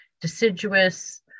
deciduous